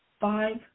five